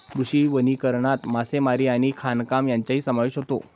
कृषी वनीकरणात मासेमारी आणि खाणकाम यांचाही समावेश होतो